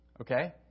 Okay